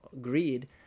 greed